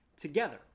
together